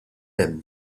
hemm